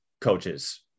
coaches